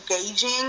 engaging